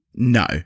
No